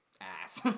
Ass